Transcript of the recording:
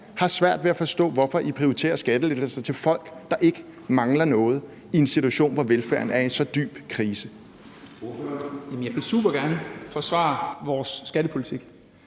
har svært ved at forstå, hvorfor I prioriterer skattelettelser til folk, der ikke mangler noget, i en situation, hvor velfærden er i en så dyb krise. Kl. 09:32 Formanden (Søren Gade):